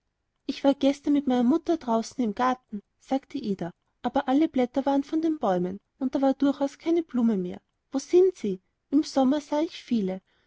ich war gestern mit meiner mutter draußen im garten sagte ida aber alle blätter waren von den bäumen und da war durchaus keine blume mehr wo sind sie im sommer sah ich viele